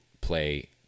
play